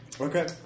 Okay